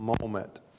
moment